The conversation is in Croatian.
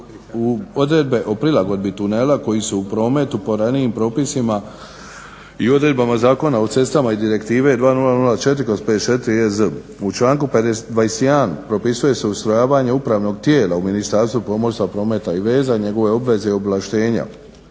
odredbe o prilagodbi tunela koji su u prometu po ranijim propisima i odredbama Zakona o cestama i Direktiva 2004/54/ EZ. U članku 21. propisuje se ustrojavanje upravnog tijela u Ministarstvu pomorstva, prometa i veza i njegovoj obvezi ….